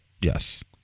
Yes